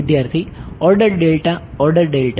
વિદ્યાર્થી order delta order delta